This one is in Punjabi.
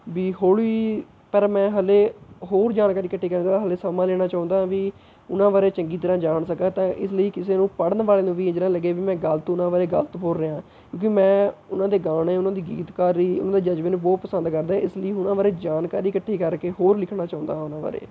ਵੀ ਹੌਲ਼ੀ ਪਰ ਮੈਂ ਹਲੇ ਹੋਰ ਜਾਣਕਾਰੀ ਇਕੱਠੀ ਕਰਨਾ ਹਲੇ ਸਮਾਂ ਲੈਣਾ ਚਾਹੁੰਦਾ ਵੀ ਉਨ੍ਹਾਂ ਬਾਰੇ ਚੰਗੀ ਤਰ੍ਹਾਂ ਜਾਣ ਸਕਾਂ ਤਾਂ ਇਸ ਲਈ ਕਿਸੇ ਨੂੰ ਪੜ੍ਹਨ ਵਾਲ਼ੇ ਨੂੰ ਵੀ ਇੰਝ ਨਾਂ ਲੱਗੇ ਵੀ ਮੈਂ ਗਲਤ ਉਨ੍ਹਾਂ ਬਾਰੇ ਗਲਤ ਬੋਲ਼ ਰਿਹਾ ਹਾਂ ਕਿਉਂਕਿ ਮੈ ਉਨ੍ਹਾਂ ਦੇ ਗਾਣੇ ਉਨ੍ਹਾਂ ਦੇ ਗੀਤਕਾਰੀ ਉਨ੍ਹਾਂ ਦੇ ਜਜ਼ਬੇ ਨੂੰ ਬਹੁਤ ਪਸੰਦ ਕਰਦਾਂ ਇਸ ਲਈ ਉਨ੍ਹਾਂ ਬਾਰੇ ਜਾਣਕਾਰੀ ਇਕੱਠੀ ਕਰਕੇ ਹੋਰ ਲਿਖਣਾ ਚਾਹੁੰਦਾ ਹਾਂ ਉਨ੍ਹਾਂ ਬਾਰੇ